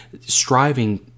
striving